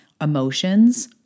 emotions